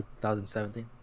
2017